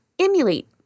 emulate